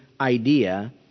idea